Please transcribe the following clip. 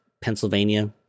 Pennsylvania